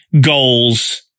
goals